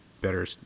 better